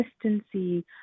consistency